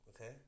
okay